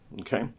okay